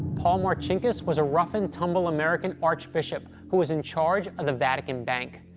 paul marcinkus was a rough-and-tumble american archbishop who was in charge of the vatican bank.